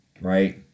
Right